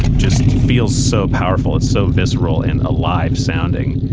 just feels so powerful. it's so visceral and alive sounding.